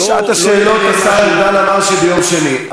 שעת השאלות, השר ארדן אמר שהיא ביום שני.